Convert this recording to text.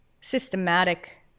systematic